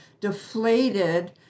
deflated